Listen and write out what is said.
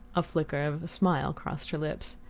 a flicker of a smile crossed her lips.